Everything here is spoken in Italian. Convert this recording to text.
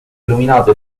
illuminato